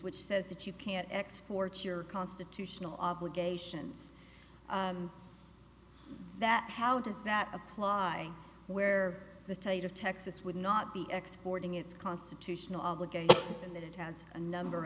which says that you can't export your constitutional obligations that how does that apply where the state of texas would not be exporting its constitutional obligation and that it has a number